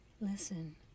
Listen